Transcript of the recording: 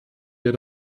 wir